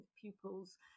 pupils